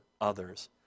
others